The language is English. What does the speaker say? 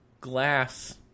glass